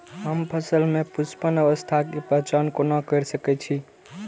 हम फसल में पुष्पन अवस्था के पहचान कोना कर सके छी?